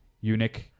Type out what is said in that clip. eunuch